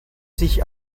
sich